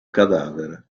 cadavere